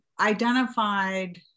identified